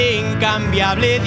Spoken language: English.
incambiable